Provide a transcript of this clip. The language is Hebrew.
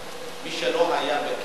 מי שלא היה בכלא,